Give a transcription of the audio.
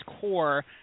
core